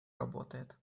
работает